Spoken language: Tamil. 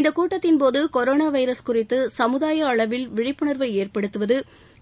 இந்தக் கூட்டத்தின்போது கொரோனா வைரஸ் குறித்து சமுதாய அளவில் விழிப்புணர்வை ஏற்படுத்துவது